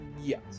Yes